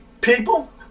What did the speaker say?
people